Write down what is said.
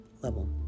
level